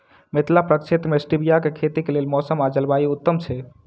मिथिला प्रक्षेत्र मे स्टीबिया केँ खेतीक लेल मौसम आ जलवायु उत्तम छै?